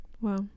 Wow